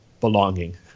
belonging